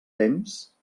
temps